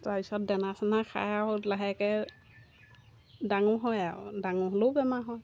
তাৰপিছত দানা চানা খাই আৰু লাহেকৈ ডাঙৰ হয় আৰু ডাঙৰ হ'লেও বেমাৰ হয়